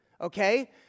Okay